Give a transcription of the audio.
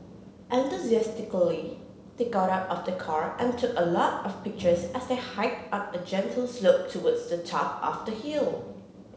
enthusiastically they got out of the car and took a lot of pictures as they hiked up a gentle slope towards the top of the hill